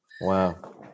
Wow